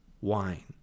wine